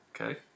Okay